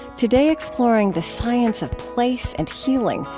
today exploring the science of place and healing,